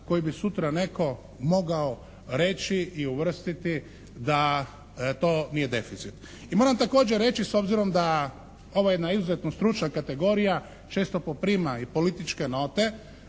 koji bi sutra netko mogao reći i uvrstiti da to nije deficit. I moram također reći s obzirom da je ovo jedna izuzetno stručna kategorija, često poprima i političke note